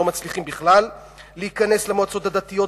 שלא מצליחים להיכנס בכלל למועצות הדתיות,